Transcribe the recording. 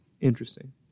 Interesting